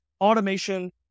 automation